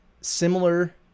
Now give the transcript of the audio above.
Similar